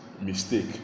mistake